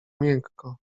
miękko